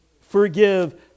forgive